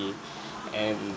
and